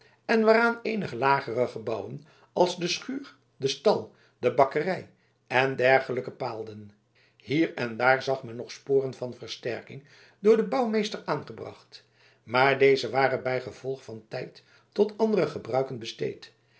en waaraan eenige lagere gebouwen als de schuur de stal de bakkerij en dergelijken paalden hier en daar zag men nog sporen van versterking door den bouwmeester aangebracht maar deze waren bij vervolg van tijd tot andere gebruiken besteed